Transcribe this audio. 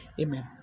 Amen